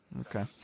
Okay